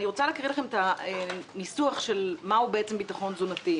אני רוצה להקריא לכם מה הוא ביטחון תזונתי.